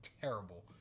terrible